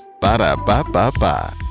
Ba-da-ba-ba-ba